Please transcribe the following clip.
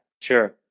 sure